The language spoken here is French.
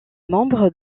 membre